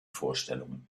vorstellungen